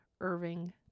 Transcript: Irving